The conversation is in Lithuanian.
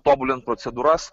tobulint procedūras